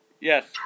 Yes